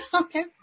Okay